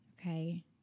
Okay